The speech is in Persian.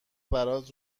برات